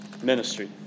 ministry